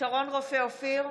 שרון רופא אופיר,